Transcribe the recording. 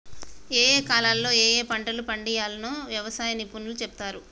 ఏయే కాలాల్లో ఏయే పంటలు పండియ్యాల్నో వ్యవసాయ నిపుణులు చెపుతారు